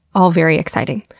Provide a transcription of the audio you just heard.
all very exciting.